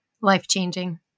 life-changing